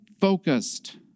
focused